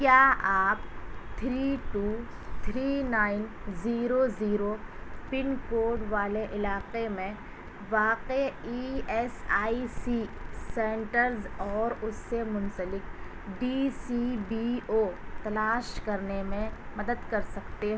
کیا آپ three two three nine zero zero pin code والے علاقے میں واقع E S I C centres اور اس سے منسلک ڈی سی بی او تلاش کرنے میں مدد کر سکتے